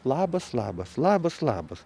labas labas labas labas